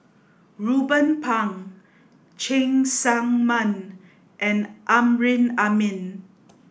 Ruben Pang Cheng Tsang Man and Amrin Amin